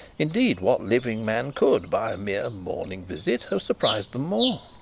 indeed, what living man could, by a mere morning visit, have surprised them more?